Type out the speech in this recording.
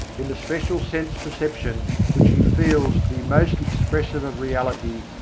in the special sense-perception which he feels to be most expressive of reality,